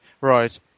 Right